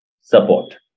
support